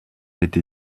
été